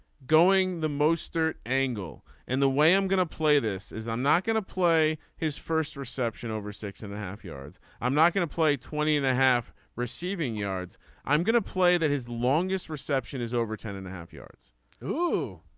going the most dirt angle and the way i'm gonna play this is i'm not going to play his first reception over six and a half yards. i'm not going to play twenty and a half receiving yards i'm gonna play that his longest reception is over ten and a half yards to